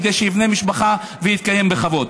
כדי שיבנה משפחה ויתקיים בכבוד.